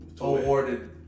awarded